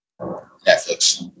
Netflix